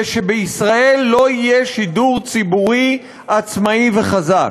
שבישראל לא יהיה שידור ציבורי עצמאי וחזק.